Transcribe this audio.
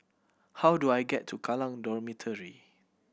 how do I get to Kallang Dormitory